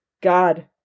God